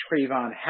Trayvon